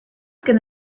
going